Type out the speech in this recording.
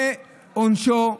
זה עונשו,